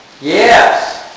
Yes